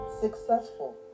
successful